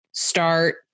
start